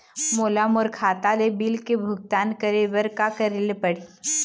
मोला मोर खाता ले बिल के भुगतान करे बर का करेले पड़ही ही?